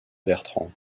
bertrand